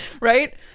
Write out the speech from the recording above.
right